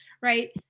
right